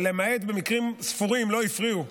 במקרים ספורים, לא הפריעו.